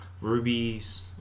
rubies